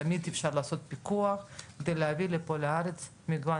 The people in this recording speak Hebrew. תמיד אפשר לעשות פיקוח כדי להביא לפה לארץ מגוון